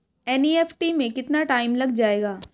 NEFT में कितना time लग जाएगा?